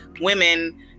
women